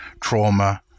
trauma